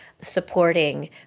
supporting